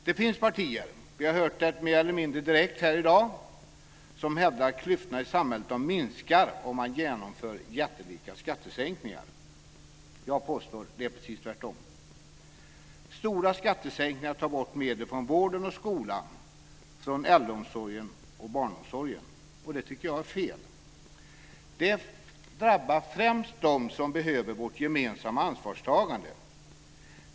Det finns partier, vi har hört det mer eller mindre direkt här i dag, som hävdar att klyftorna i samhället minskar om man genomför jättelika skattesänkningar. Jag påstår att det är precis tvärtom. Stora skattesänkningar tar bort medel från vården och skolan, från äldreomsorgen och barnomsorgen. Det tycker jag är fel. Det drabbar främst dem som behöver vårt gemensamma ansvarstagande.